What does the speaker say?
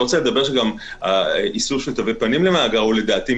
אני לא רוצה לדבר שגם האיסור של תווי פנים זה מיותר לטעמי.